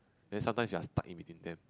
the sometimes we are stuck in between them